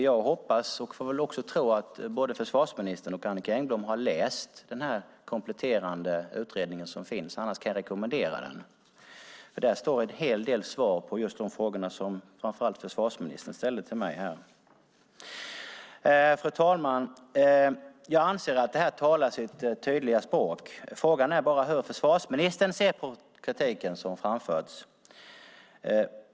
Jag hoppas, och får väl också tro, att både försvarsministern och Annicka Engblom har läst den kompletterande utredning som finns, annars kan jag rekommendera den. Där står en hel del svar på just de frågor som framför allt försvarsministern ställde till mig. Fru talman! Jag anser att det här talar sitt tydliga språk. Frågan är bara hur försvarsministern ser på den kritik som framförts.